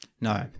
No